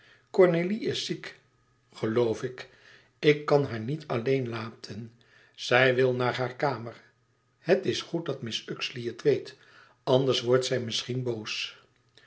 cornélie is ziek geloof ik ik kan haar niet alleen laten zij wil naar haar kamer het is goed dat mrs uxeley het weet anders wordt zij misschien boos